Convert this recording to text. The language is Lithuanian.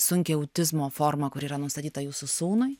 sunkią autizmo formą kuri yra nustatyta jūsų sūnui